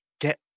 get